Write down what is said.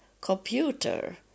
computer